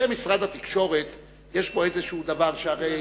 לגבי משרד התקשורת יש פה איזה דבר, שהרי